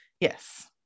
yes